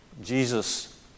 Jesus